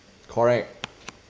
correct